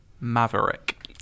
Maverick